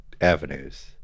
avenues